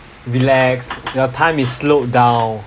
relax your time is slowed down